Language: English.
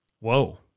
Whoa